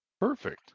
perfect